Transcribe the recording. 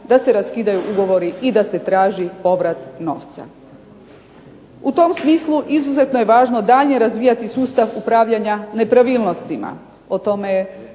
da se raskidaju ugovori i da se traži povrat novca. U tom smislu izuzetno je važno dalje razvijati sustav upravljanja nepravilnostima,